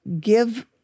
give